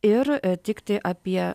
ir tiktai apie